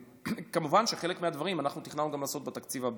כמובן, חלק מהדברים תכננו לעשות בתקציב הבא.